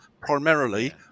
primarily